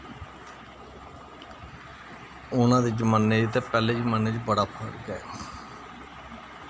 हू'न आह्ले जमाने ते पैह्ले जमाने च बड़ा फर्क ऐ